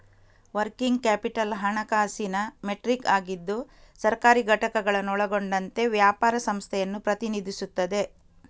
working capital ಹಣಕಾಸಿನ metric ಆಗಿದ್ದು ಸರ್ಕಾರಿ ಘಟಕಗಳನ್ನು ಒಳಗೊಂಡಂತೆ ವ್ಯಾಪಾರ ಸಂಸ್ಥೆಯನ್ನು ಪ್ರತಿನಿಧಿಸುತ್ತದೆ